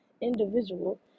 individual